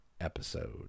episode